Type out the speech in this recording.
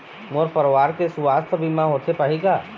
मोर परवार के सुवास्थ बीमा होथे पाही का?